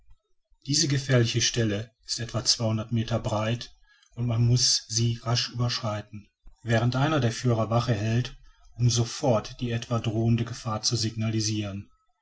diese gefährliche stelle ist etwa meter breit und man muß sie rasch überschreiten während einer der führer wache hält um sofort die etwa drohende gefahr zu signalisiren